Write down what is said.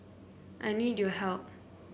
I need your help